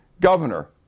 governor